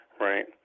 right